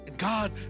God